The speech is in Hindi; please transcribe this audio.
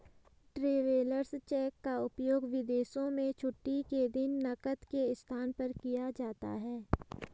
ट्रैवेलर्स चेक का उपयोग विदेशों में छुट्टी के दिन नकद के स्थान पर किया जाता है